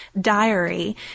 diary